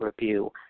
review